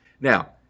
now